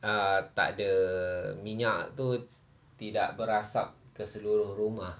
ah tak ada minyak itu tak berasap ke seluruh rumah